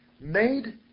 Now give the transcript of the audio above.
made